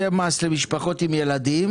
למשפחות עם ילדים,